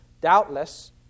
Doubtless